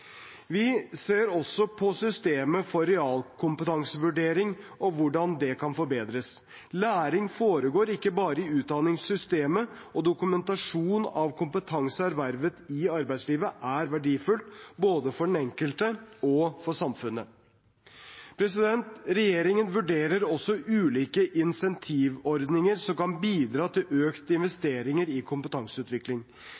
Vi ser også på systemet for realkompetansevurdering og hvordan det kan forbedres. Læring foregår ikke bare i utdanningssystemet, og dokumentasjon av kompetanse ervervet i arbeidslivet er verdifullt både for den enkelte og for samfunnet. Regjeringen vurderer også ulike incentivordninger som kan bidra til økte